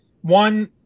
one